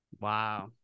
Wow